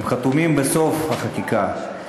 הם חתומים בסוף החקיקה,